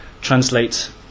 translate